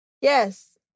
Yes